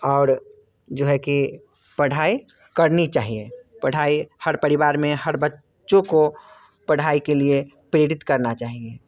और जो है कि पढ़ाई करनी चाहिए पढ़ाई हर परिवार में हर बच्चों को पढ़ाई के लिए प्रेरित करना चाहिए